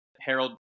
Harold